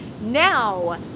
Now